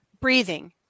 breathing